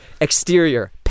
exterior